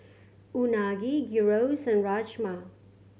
Unagi Gyros and Rajma